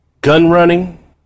gun-running